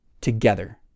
together